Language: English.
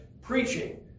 preaching